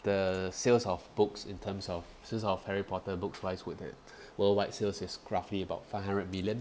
the sales of books in terms of sales of harry potter books price would that worldwide sales is roughly about five hundred million